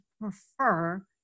prefer